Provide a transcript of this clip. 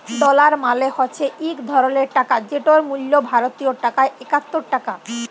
dollar মালে হছে ইক ধরলের টাকা যেটর মূল্য ভারতীয় টাকায় একাত্তর টাকা